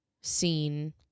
seen